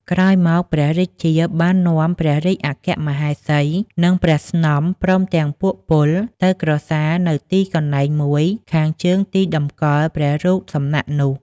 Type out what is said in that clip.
ក្រោយមកព្រះរាជាទ្រង់បាននាំព្រះរាជអគ្គមហេសី នឹងព្រះស្នំ ព្រមទាំងពួកពល ទៅក្រសាលនៅទីកន្លែងមួយខាងជើងទីតម្កល់ព្រះរូបសំណាកនោះ។